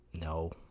No